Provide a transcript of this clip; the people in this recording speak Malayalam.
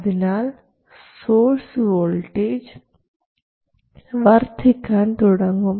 അതിനാൽ സോഴ്സ് വോൾട്ടേജ് വർദ്ധിക്കാൻ തുടങ്ങും